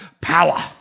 power